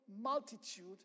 multitude